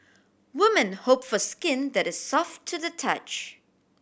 women hope for skin that is soft to the touch